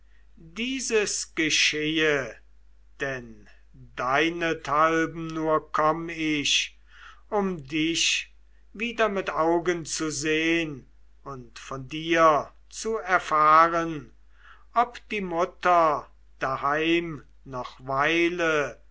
dieses geschehe denn deinethalben nur komm ich um dich wieder mit augen zu sehn und von dir zu erfahren ob die mutter daheim noch weile